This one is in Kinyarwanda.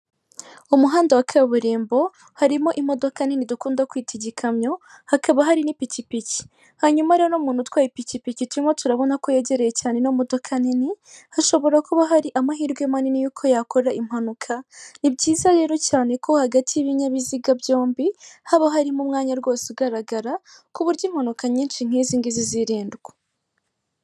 Umuhanda wa kaburimbo harimo imodoka nini dukunda kwita igikamyo hakaba hari n'ipikipiki hanyuma rero muntu utwaye ipikipiki turimo turabona ko yegereye cyane ino modoka nini hashobora kuba hari amahirwe manini y'uko yakora impanuka, ni byiza rero cyane ko hagati y'ibinyabiziga byombi haba harimo umwanya ugaragara kuburyo impanuka nyinshi nk'izingizi zirindwa.